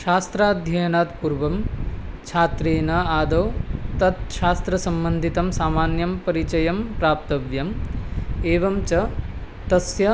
शास्त्राध्ययनात् पूर्वं छात्रेण आदौ तत् शास्त्रसम्बन्धितः सामान्यः परिचयः प्राप्तव्यः एवं च तस्य